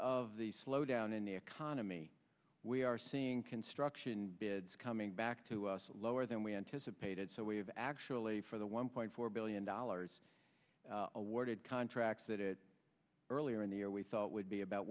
of the slowdown in the economy we are seeing construction bids coming back to us lower than we anticipated so we have actually for the one point four billion dollars awarded contracts that it earlier in the year we thought would be about